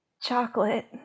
chocolate